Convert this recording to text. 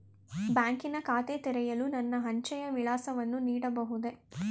ಬ್ಯಾಂಕಿನ ಖಾತೆ ತೆರೆಯಲು ನನ್ನ ಅಂಚೆಯ ವಿಳಾಸವನ್ನು ನೀಡಬಹುದೇ?